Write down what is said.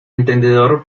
entendedor